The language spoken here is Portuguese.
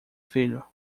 filho